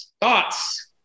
thoughts